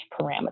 parameter